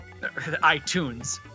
iTunes